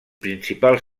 principal